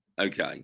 Okay